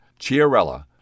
Chiarella